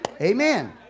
Amen